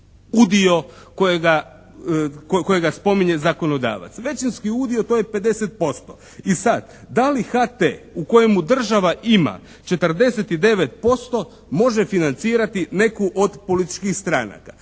udio kojega spominje zakonodavac. Većinski udio, to je 50% i sad da li HT u kojemu država ima 49% može financirati neku od političkih stranaka?